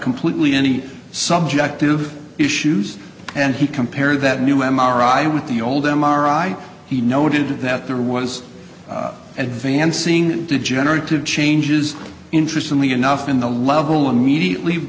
completely any subjective issues and he compare that new m r i with the old m r i he noted that there was advancing degenerative changes interestedly enough in the level immediately